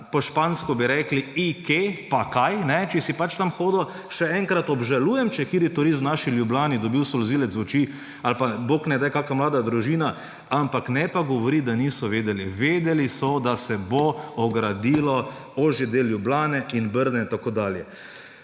Po špansko bi rekli: «Y que!« Pa kaj, če si pač tam hodil. Še enkrat, obžalujem, če je kakšen turist v naši Ljubljani dobil solzivec v oči ali pa, bog ne daj, kakšna mlada družina, ampak ne pa govoriti, da niso vedeli. Vedeli so, da se bo ogradilo ožji del Ljubljane in Brdo in tako dalje.